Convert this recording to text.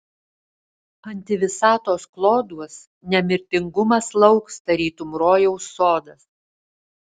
antivisatos kloduos nemirtingumas lauks tarytum rojaus sodas